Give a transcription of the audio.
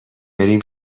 بریم